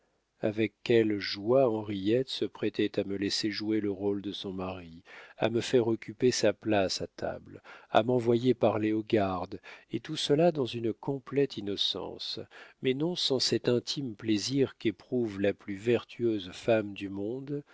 avec quelle joie henriette se prêtait à me laisser jouer le rôle de son mari à me faire occuper sa place à table à m'envoyer parler au garde et tout cela dans une complète innocence mais non sans cet intime plaisir qu'éprouve la plus vertueuse femme du monde